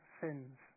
sins